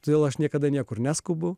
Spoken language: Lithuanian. todėl aš niekada niekur neskubu